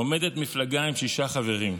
עומדת מפלגה עם שישה חברים.